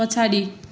पछाडि